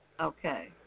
Okay